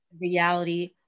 Reality